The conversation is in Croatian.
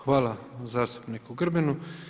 Hvala zastupniku Grbinu.